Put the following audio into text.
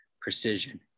Precision